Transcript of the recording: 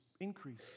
increase